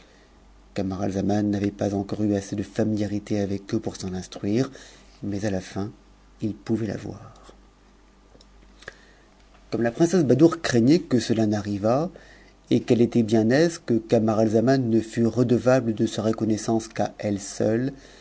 laniaralzaman n'avait pas encore eu assez de familiarité avec eux pour s'eu instruire mais à la fin il pouvait l'avoir comme la princesse badoure craignait que cela n'arrivât et qu'elle a't bien aise que camaralzaman ne fût redevable de sa reconnaissance a elle seule